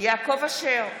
יעקב אשר,